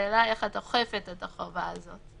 השאלה איך את אוכפת את החובה הזאת.